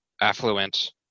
affluent